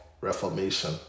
Reformation